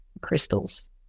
crystals